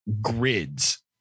grids